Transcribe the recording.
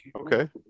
okay